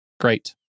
great